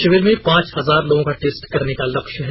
शिविर में पांच हजार लोगों का टेस्ट करने का लक्ष्य है